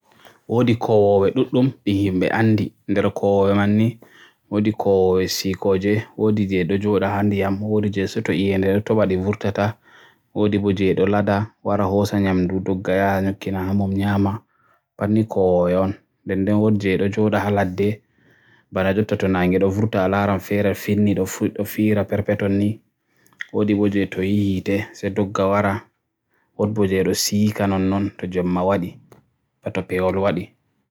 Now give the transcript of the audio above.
Woodi kowowe ɗon duɗɗum ɓe ɗon feere feere e nder leydi, e ɗiɗi no woodi heddorde. Ko ɓe ngam ɗum: buuɗu, maagee, nyaanɗo, kunga, ngoodi, womɓe, weeldu, werɗe, kaasanje, tiiɗo, sokorde, fitirɗe, ngori, tarmeende, laaleeje, koromkoto, jaaɓe, njaare, banafereeje e siiɗi. Kala rewɓe ɗi jogi laawol makko e jammaaji: ɗe goɗɗo rewɓe naatnata ndiyam, ɗe naatnata suudu, ɗe waɗa mawnude, e ɗe waawata woodude bimbiɗi. Rewɓe feeñɗi ɓe waawi ɗaɓɓude laamu ndiyam, ngam seɗɗa ɓe yahi fiya e jamfaaji, e feere mum ɗiɗi.